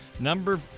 number